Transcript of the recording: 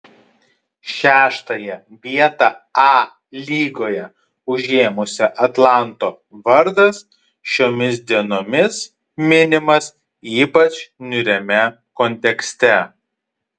šeštąją vietą a lygoje užėmusio atlanto vardas šiomis dienomis minimas ypač niūriame kontekste